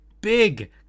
big